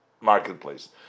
marketplace